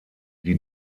die